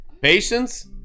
patience